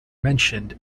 mentioned